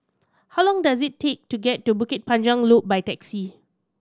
how long does it take to get to Bukit Panjang Loop by taxi